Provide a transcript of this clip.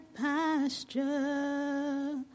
pasture